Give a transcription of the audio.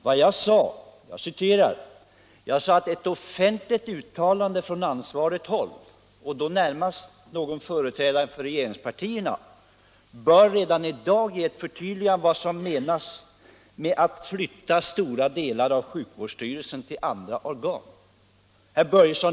Vad jag sade var att ett offentligt uttalande från ansvarigt håll — närmast av någon företrädare för regeringspartierna — bör redan i dag ge ett för tydligande av vad som menas i försvarsutredningens betänkande med att flytta stora delar av sjukvårdsstyrelsen till andra organ.